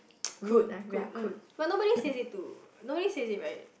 crude crude mm but nobody says it too nobody says it right